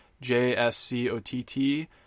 J-S-C-O-T-T